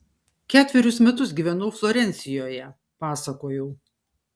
ketverius metus gyvenau florencijoje pasakojau